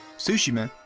sushima,